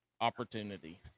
opportunity